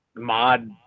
mod